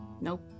Nope